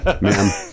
ma'am